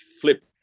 flip